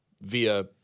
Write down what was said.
via